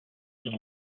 and